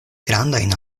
grandajn